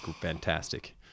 fantastic